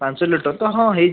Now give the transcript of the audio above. ପାଞ୍ଚ ଲିଟର ତ ହଁ ହେଇଯିବ